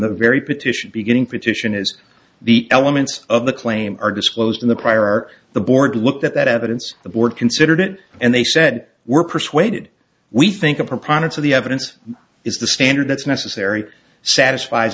the very petition beginning petition is the elements of the claim are disclosed in the prior the board looked at that evidence the board considered it and they said we're persuaded we think a preponderance of the evidence is the standard that's necessary satisfies